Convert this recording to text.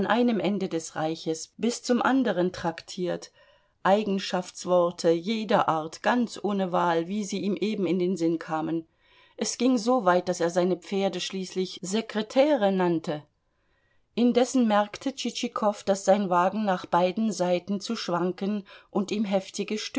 ende des reiches bis zum anderen traktiert eigenschaftsworte jeder art ganz ohne wahl wie sie ihm eben in den sinn kamen es ging so weit daß er seine pferde schließlich sekretäre nannte indessen merkte tschitschikow daß sein wagen nach beiden seiten zu schwanken und ihm heftige